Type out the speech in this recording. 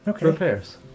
repairs